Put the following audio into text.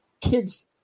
kids